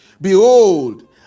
behold